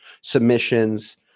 submissions